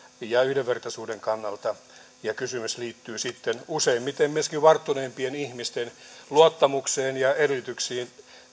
ja yhdenvertaisuuden kannalta ja kysymys liittyy sitten useimmiten myöskin varttuneempien ihmisten luottamukseen ja edellytyksiin